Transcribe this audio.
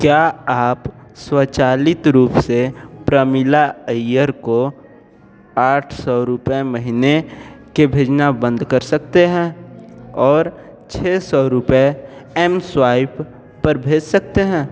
क्या आप स्वचालित रूप से प्रमिला अय्यर को आठ सौ रुपये महीने के भेजना बंद कर सकते हैं और छः सौ रुपए एमस्वाइप पर भेज सकते हैं